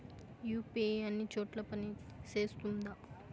UPI అన్ని చోట్ల పని సేస్తుందా?